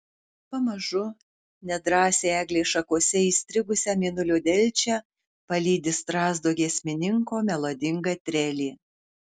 pamažu nedrąsiai eglės šakose įstrigusią mėnulio delčią palydi strazdo giesmininko melodinga trelė